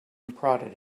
prodded